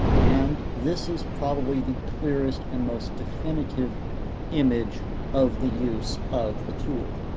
and this is probably the clearest and most definitive image of the use of the tool.